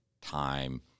time